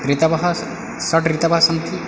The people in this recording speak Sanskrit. ऋतवः शड्ऋतवः सन्ति